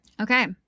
Okay